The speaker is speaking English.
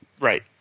Right